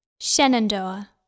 Shenandoah